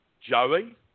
Joey